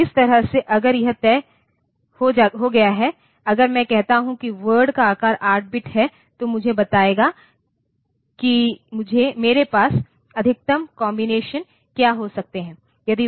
तो इस तरह से अगर यह तय हो गया है अगर मैं कहता हूं कि वर्ड का आकार 8 बिट है तो मुझे बताएगा कि मेरे पास अधिकतम कॉम्बिनेशन क्या हो सकते हैं